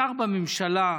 שר בממשלה,